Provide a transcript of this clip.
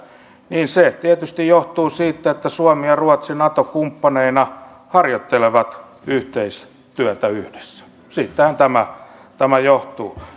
niin se tietysti johtuu siitä että suomi ja ruotsi nato kumppaneina harjoittelevat yhteistyötä yhdessä siitähän tämä tämä johtuu